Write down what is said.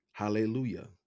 hallelujah